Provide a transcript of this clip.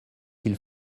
qu’il